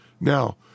now